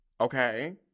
Okay